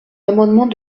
amendement